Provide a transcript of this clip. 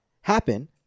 happen